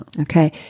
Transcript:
Okay